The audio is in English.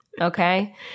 Okay